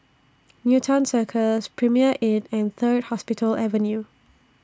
Newton Cirus Premier Inn and Third Hospital Avenue